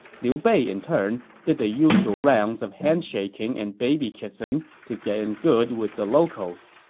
liu bei, in turn, did the usual rounds of handshaking and baby-kissing to get in good with the locals.